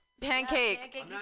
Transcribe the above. Pancake